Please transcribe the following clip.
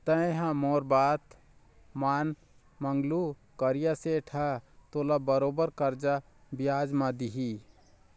तेंहा मोर बात मान मंगलू करिया सेठ ह तोला बरोबर करजा बियाज म दिही